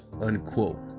unquote